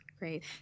Great